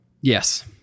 yes